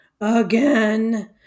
Again